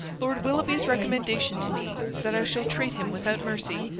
lord willoughby's recommendation to me is that i shall treat him without mercy.